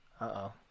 Uh-oh